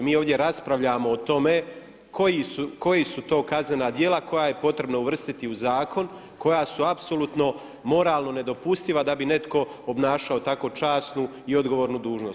Mi ovdje raspravljamo o tome koji su to kaznena djela koja je potrebno uvrstiti u zakon koja su apsolutno moralno nedopustiva da bi netko obnašao tako časnu i odgovornu dužnost.